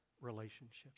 relationships